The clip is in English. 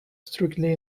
strictly